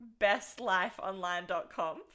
bestlifeonline.com